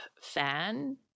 fan